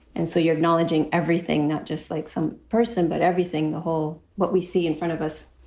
and so you're acknowledging everything, not just like some person, but everything, the whole what we see in front of us,